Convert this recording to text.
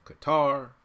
Qatar